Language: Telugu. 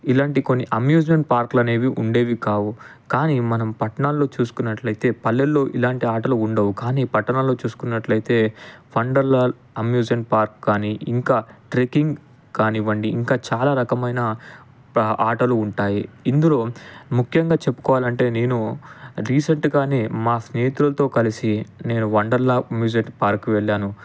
ఇలాంటి కొన్ని అమ్యూజ్మెంట్ పార్కులు అనేవి ఉండేవి కావు కాని మనం పట్టణాల్లో చూసుకున్నట్లయితే పల్లెల్లో ఇలాంటి ఆటలు ఉండవు కాని పట్టణంలో చూసుకున్నట్లయితే ఫండల్ అమ్యూజ్మెంట్ పార్క్ కాని ఇంకా ట్రేకింగ్ కానివ్వండి ఇంకా చాలా రకమైన ఆటలు ఉంటాయి ఇందులో ముఖ్యంగా చెప్పుకోవాలంటే నేను రీసెంట్గానే మా స్నేహితులతో కలిసి నేను వండర్లా అమ్యూజ్మెంట్ పార్క్ వెళ్ళాను